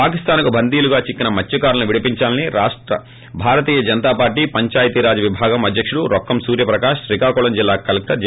పాకిస్తాన్ కు బంధీలుగా చిక్కిన మత్స కారులను విడిపించాలని రాష్ష భారతీయ జనతా పార్షీ పంచాయతీ రాజ్ విభాగం తిధ్యకుడు రొక్కం సూర్య ప్రకాష్ శ్రీకాకుళం జిల్లా కలెక్షర్ జే